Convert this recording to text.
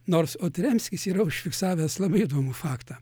nors otrembskis yra užfiksavęs labai įdomų faktą